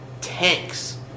tanks